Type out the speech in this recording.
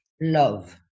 Love